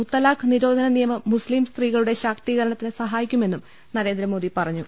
മുത്തലാഖ് നിരോധന നിയമം മുസ്തിം സ്ത്രീകളുടെ ശാക്തീകരണത്തിന് സഹായിക്കുമെന്നും നരേന്ദ്രമോദി പറ ഞ്ഞു